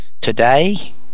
today